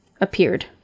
appeared